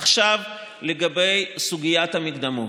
עכשיו לגבי סוגיית המקדמות.